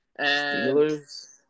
Steelers